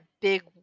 big